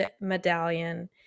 medallion